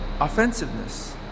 offensiveness